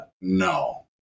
no